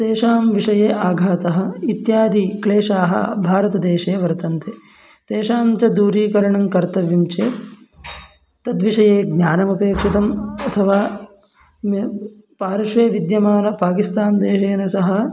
तेषां विषये आघातः इत्यादिक्लेशाः भारतदेशे वर्तन्ते तेषाञ्च दूरीकरणं कर्तव्यं चेत् तद्विषये ज्ञानमपेक्षितम् अथवा पार्श्वे विद्यमानपाकिस्तान् देशेन सह